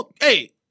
hey